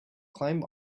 climb